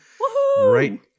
right